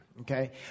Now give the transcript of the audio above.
Okay